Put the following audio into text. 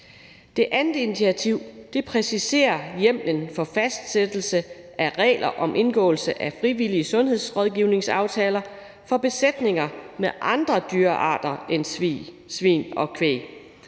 Det andet initiativ præciserer hjemmelen for fastsættelse af regler for indgåelse af frivillige sundhedsrådgivningsaftaler for besætninger med andre dyrearter end svin og kvæg.